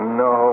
no